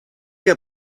heb